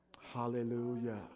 Hallelujah